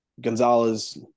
Gonzalez